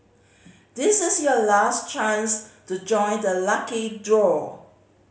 this is your last chance to join the lucky draw